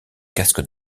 casque